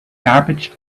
garbage